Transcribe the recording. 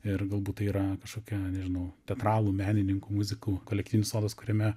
ir galbūt tai yra kažkokia nežinau teatralų menininkų muzikų kolektyvinis sodas kuriame